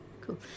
cool